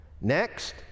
Next